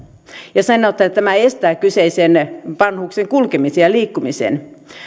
ja sanotaan että tämä estää kyseisen vanhuksen kulkemisen ja liikkumisen